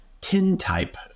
tin-type